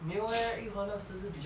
没有 eh yu hua 那时是比较好